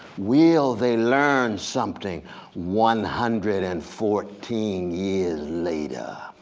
will they learn something one hundred and fourteen years later?